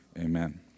Amen